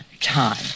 time